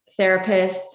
therapists